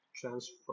transfer